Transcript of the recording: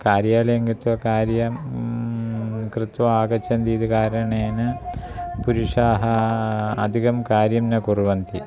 कार्यालयं गत्वा कार्यं कृत्वा आगच्छन्ति इति कारणेन पुरुषाः अधिकं कार्यं न कुर्वन्ति